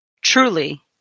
truly